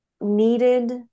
needed